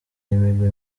imigwi